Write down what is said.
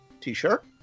T-shirt